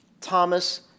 Thomas